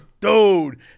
Dude